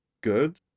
good